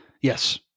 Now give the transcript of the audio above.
yes